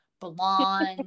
blonde